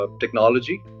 technology